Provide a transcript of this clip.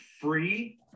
free